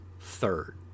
third